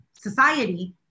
society